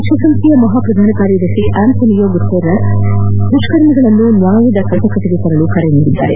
ವಿಶ್ವಸಂಸ್ಠೆಯ ಮಹಾ ಪ್ರಧಾನ ಕಾರ್ಯದರ್ಶಿ ಆಂಟೋನಿಯೋ ಗುಥೇರಸ್ ದುಷ್ಕರ್ಮಗಳನ್ನು ನ್ಯಾಯದ ಕಟಕಟೆಗೆ ತರಲು ಕರೆ ನೀಡಿದ್ದಾರೆ